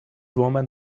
woman